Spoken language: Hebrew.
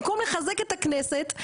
במקום לחזק את הכנסת,